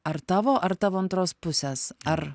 ar tavo ar tavo antros pusės ar